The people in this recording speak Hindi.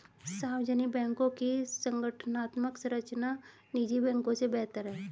सार्वजनिक बैंकों की संगठनात्मक संरचना निजी बैंकों से बेहतर है